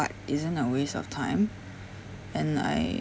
art isn't a waste of time and I